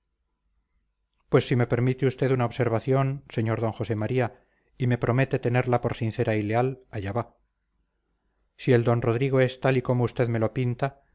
pues si me permite usted una observación sr d josé maría y me promete tenerla por sincera y leal allá va si el d rodrigo es tal y como usted me lo pinta